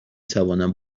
توانم